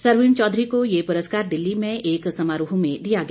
सरवीण चौधरी को ये पुरस्कार दिल्ली में एक समारोह में दिया गया